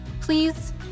please